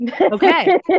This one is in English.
Okay